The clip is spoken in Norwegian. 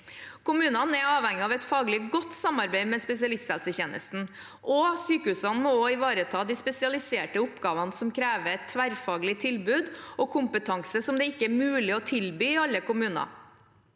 Kommunene er avhengig av et faglig godt samarbeid med spesialisthelsetjenesten, og sykehusene må også ivareta de spesialiserte oppgavene, noe som krever tverrfaglig tilbud og kompetanse som det ikke er mulig å tilby alle kommuner.